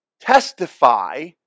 testify